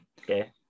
okay